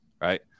right